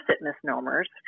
misnomers